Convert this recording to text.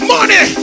Money